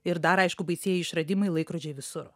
ir dar aišku baisieji išradimai laikrodžiai visur